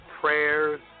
prayers